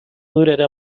durará